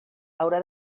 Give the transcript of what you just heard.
haurà